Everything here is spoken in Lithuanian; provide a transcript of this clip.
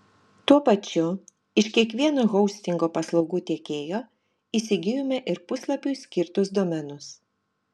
tuo pačiu iš kiekvieno hostingo paslaugų tiekėjo įsigijome ir puslapiui skirtus domenus